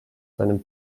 seinem